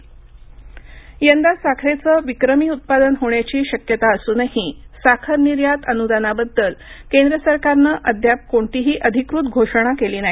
साखर निर्यात आणि इथेनॉल निर्मिती यंदा साखरेचं विक्रमी उत्पादन होण्याची शक्यता असूनही साखरनिर्यात अनुदानाबद्दल केंद्र सरकारनं अद्याप कोणतीही अधिकृत घोषणा केली नाही